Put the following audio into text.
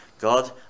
God